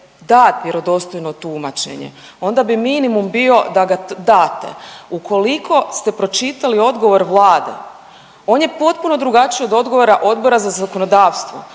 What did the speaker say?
da vjerodostojno tumačenje, onda bi minimum bio da ga date. Ukoliko ste pročitali odgovor Vlade on je potpuno drugačiji od odgovora Odbora za zakonodavstvo.